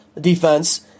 defense